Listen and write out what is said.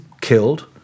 killed